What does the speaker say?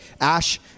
Ash